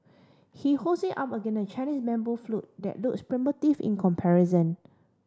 he holds it up against a Chinese bamboo flute that looks primitive in comparison